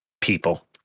people